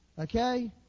Okay